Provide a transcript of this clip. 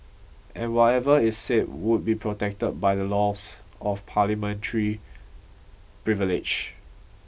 and whatever is said would be protected by the laws of Parliamentary privilege